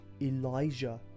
Elijah